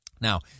Now